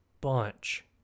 Bunch